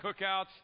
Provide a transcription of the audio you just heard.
cookouts